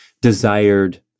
desired